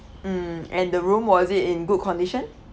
mm and the room was it in good condition